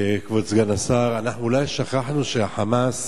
כבוד סגן השר, אולי שכחנו שה"חמאס"